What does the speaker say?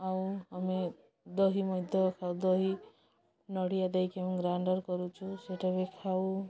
ଆଉ ଆମେ ଦହି ମଧ୍ୟ ଖାଉ ଦହି ନଡ଼ିଆ ଦେଇକି ଆମେ ଗ୍ରାଇଣ୍ଡର କରୁଛୁ ସେଇଟା ବି ଖାଉ